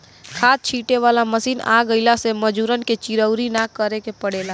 खाद छींटे वाला मशीन आ गइला से मजूरन के चिरौरी ना करे के पड़ेला